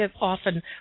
often